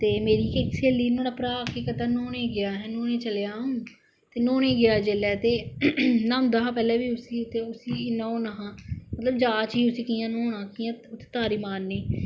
ते मेरी इक स्हेली ही नुआढ़ा भ्रा केह् करदा न्हौन गेआ नहौने गेई चलेआं अऊं ते न्हौने गी गेआ जिसलै ते नहोंदा हा पहले बी ते उसी इन्ना ओह् नेईं हा मतलब जाॅच ही उसी कि कियां नहौना कियां तारी मारनी